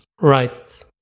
Right